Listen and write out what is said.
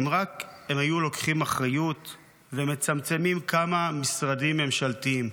אם רק הם היו לוקחים אחריות ומצמצמים כמה משרדים ממשלתיים.